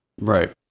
Right